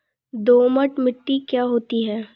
दोमट मिट्टी क्या होती हैं?